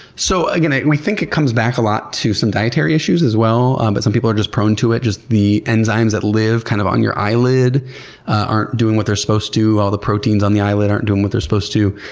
so again, and we think it comes back a lot to some dietary issues as well, um but some people are just prone to it. the enzymes that live kind of on your eyelid aren't doing what they're supposed to. all the proteins on the eyelid aren't doing what they're supposed to.